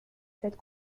cette